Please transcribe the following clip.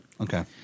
Okay